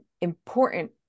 important